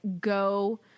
go